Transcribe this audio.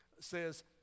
says